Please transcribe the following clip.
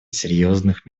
серьезных